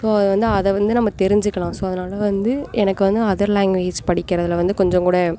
so வந்து அதை வந்து நம்ம தெரிஞ்சிக்கலாம் ஸோ அதனால வந்து எனக்கு வந்து அதர் லேங்குவேஜ் படிக்கிறதில் வந்து கொஞ்சம் கூட